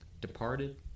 departed